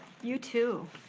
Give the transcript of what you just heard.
you too.